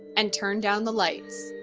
and turn down the lights,